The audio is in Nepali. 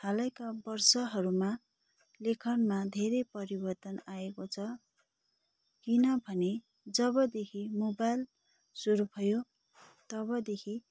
हालैका वर्षहरूमा लेखनमा धेरै परिवर्तन आएको छ किनभने जबदेखि मोबाइल सुरु भयो तबदेखि